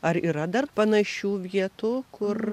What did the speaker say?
ar yra dar panašių vietų kur